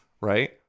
right